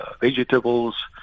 vegetables